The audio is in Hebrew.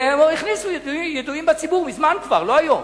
והכניסו ידועים בציבור, כבר מזמן, לא היום.